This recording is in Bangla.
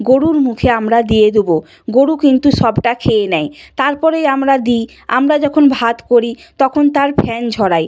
গরুর মুখে আমরা দিয়ে দেব গরু কিন্তু সবটা খেয়ে নেয় তার পরেই আমরা দিই আমরা যখন ভাত করি তখন তার ফ্যান ঝড়াই